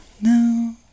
No